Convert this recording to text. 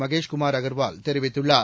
மகேஷ்குமார் அகர்வால் தெரிவித்துள்ளார்